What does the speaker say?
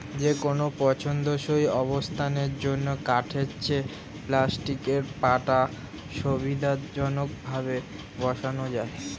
যেকোনো পছন্দসই অবস্থানের জন্য কাঠের চেয়ে প্লাস্টিকের পাটা সুবিধাজনকভাবে বসানো যায়